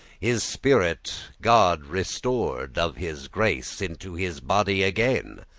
his spirit god restored of his grace into his body again,